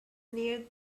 near